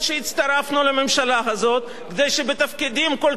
כדי שבתפקידים כל כך רגישים וכל כך חשובים כאלה,